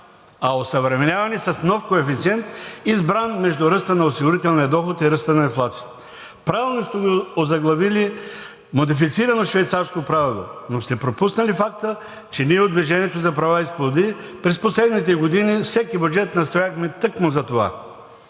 а осъвременяване с нов коефициент, избран между ръста на осигурителния доход и ръста на инфлацията. Правилно сте озаглавили „модифицирано швейцарско правило“, но сте пропуснати факта, че ние от „Движение за права и свободи“ през последните години във всеки бюджет настоявахме тъкмо за това.